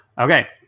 okay